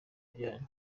byanyu